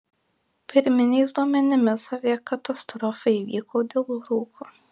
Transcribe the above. pirminiais duomenimis aviakatastrofa įvyko dėl rūko